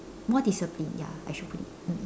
more disciplined ya I should put it mm